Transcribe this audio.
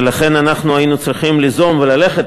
ולכן אנחנו היינו צריכים ליזום וללכת